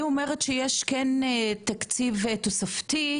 היא אומרת שיש כן תקציב תוספתי,